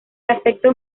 aspecto